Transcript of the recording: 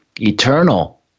eternal